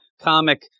comic